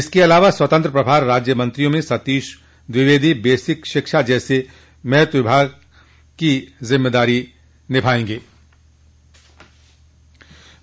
इसके अलावा स्वतंत्र प्रभार राज्य मंत्रियों में सतीश द्विवेदी बेसिक शिक्षा जैसे महत्वपूर्ण विभागों की ज़िम्मेदारी सौंपी गई है